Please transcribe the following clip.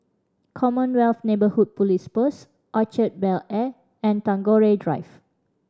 Commonwealth Neighbourhood Police Post Orchard Bel Air and Tagore Drive